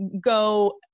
go